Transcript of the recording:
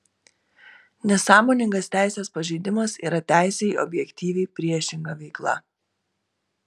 nesąmoningas teisės pažeidimas yra teisei objektyviai priešinga veika